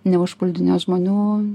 neužpuldinės žmonių